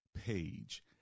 page